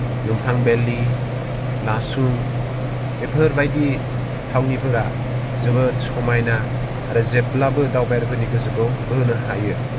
यमथां भेलि लासुं बेफोर बायदि थावनिफोरा जोबोद समायना आरो जेब्लाबो दावबायारिफोरनि गोसोखौ बोहोनो हायो